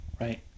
Right